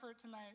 tonight